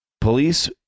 Police